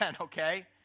okay